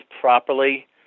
properly